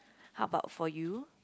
how about for you